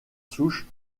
souches